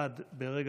3 אחמד טיבי